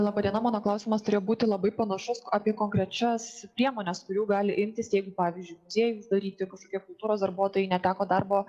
laba diena mano klausimas turėjo būti labai panašus apie konkrečias priemones kurių gali imtis jeigu pavyzdžiui muziejus daryti kažkokie kultūros darbuotojai neteko darbo